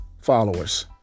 followers